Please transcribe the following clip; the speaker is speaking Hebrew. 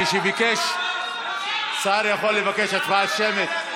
כשביקש, שר יכול לבקש הצבעה שמית.